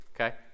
Okay